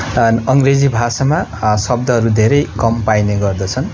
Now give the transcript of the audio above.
कारण अङ्ग्रेजी भाषामा शब्दहरू धेरै कम पाइने गर्दछन्